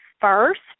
first